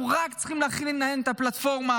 אנחנו רק צריכים להכין להם את הפלטפורמה,